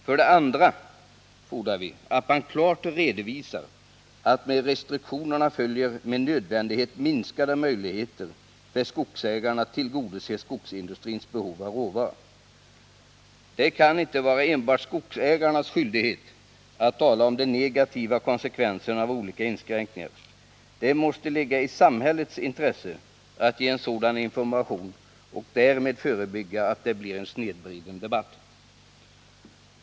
För det andra fordrar vi att man klart redovisar att med restriktionerna följer med nödvändighet minskade möjligheter för skogsägarna att tillgodose skogsindustrins behov av råvara. Det kan inte vara enbart skogsägarnas skyldighet att tala om de negativa konsekvenserna av olika inskränkningar. Det måste också ligga i samhällets intresse att ge en sådan information och därmed förebygga att det blir en snedvriden debatt.